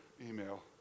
email